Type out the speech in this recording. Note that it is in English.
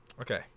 Okay